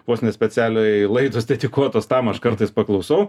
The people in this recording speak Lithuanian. vos ne specialiai laidos dedikuotos tam aš kartais paklausau